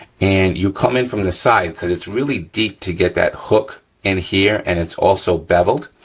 and you come in from the side, cause it's really deep to get that hook in here, and it's also beveled,